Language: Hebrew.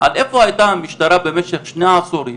על איפה הייתה המשטרה במשך שני עשורים,